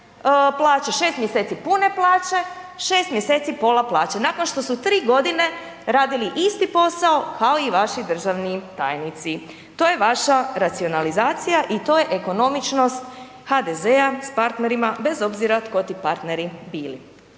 6 mjeseci pune plaće, 6 mjeseci pola plaće nakon što su 3 godine radili isti posao kao i vaši državni tajnici, to je vaša racionalizacija i to je ekonomičnost HDZ-a s partnerima bez obzira tko ti partneri bili.